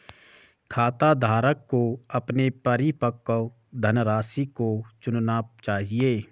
खाताधारक को अपने परिपक्व धनराशि को चुनना चाहिए